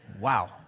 Wow